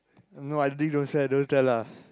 no I didn't don't say don't tell lah